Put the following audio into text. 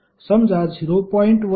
समजा 0